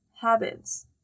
habits